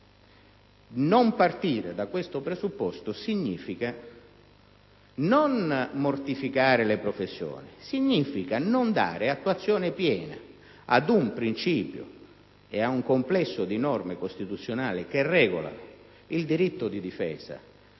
Non partire da questo presupposto non significa mortificare le professioni, ma significa non dare attuazione piena ad un principio e ad un complesso di norme costituzionali che regolano il diritto di difesa